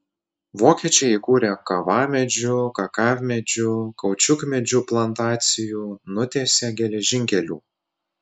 vokiečiai įkūrė kavamedžių kakavmedžių kaučiukmedžių plantacijų nutiesė geležinkelių